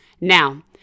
Now